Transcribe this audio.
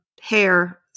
hair